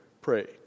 pray